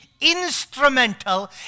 instrumental